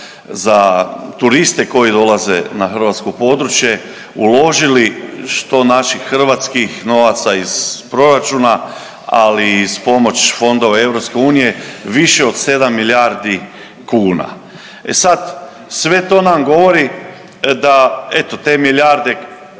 za turiste koji dolaze na hrvatsko područje uložili što naših hrvatskih novaca iz proračuna, ali i pomoć iz fondova EU više od sedam milijardi kuna. E sad, sve to nam govori da eto te milijarde